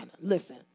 Listen